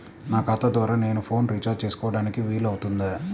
నా ఖాతా ద్వారా నేను ఫోన్ రీఛార్జ్ చేసుకోవడానికి వీలు అవుతుందా?